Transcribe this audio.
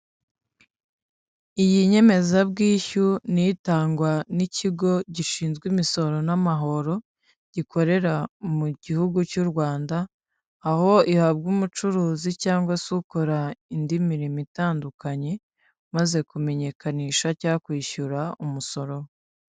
Iyi nyemezabwishyu ni itangwa n'ikigo gishinzwe imisoro n'amahoro, gikorera mu gihugu cy'u Rwanda, aho ihabwa umucuruzi cyangwa se ukora indi mirimo itandukanye, wamaze kumenyekanisha cya kwishyura umusoro.